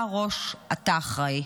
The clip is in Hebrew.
אתה הראש, אתה אחראי.